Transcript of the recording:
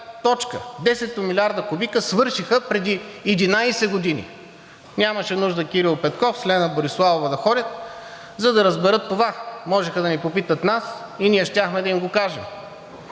милиарда кубика свършиха преди 11 години и нямаше нужда Кирил Петков и Лена Бориславова да ходят, за да разберат това. Можеха да ни попитат нас и ние щяхме да им го кажем.